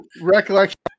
recollection